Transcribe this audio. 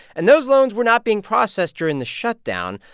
and those loans were not being processed during the shutdown.